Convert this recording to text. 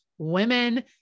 women